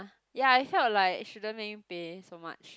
ya I felt like shouldn't make him pay so much